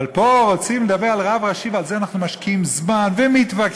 אבל פה רוצים לדבר על רב ראשי ובזה אנחנו משקיעים זמן ומתווכחים.